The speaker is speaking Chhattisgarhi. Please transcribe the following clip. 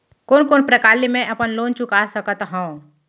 कोन कोन प्रकार ले मैं अपन लोन चुका सकत हँव?